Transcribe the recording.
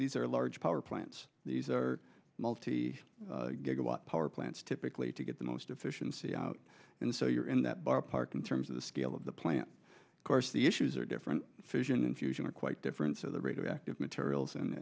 these are large power plants these are multi gigawatt power plants typically to get the most efficiency out and so you're in that bar park in terms of the scale of the plant course the issues are different vision and fusion are quite different so the radioactive materials and